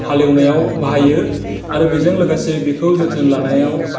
हालेवनायाव बाहायो आरो बेजों लोगोसे बेखौ जोथोन लानायाव